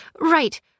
Right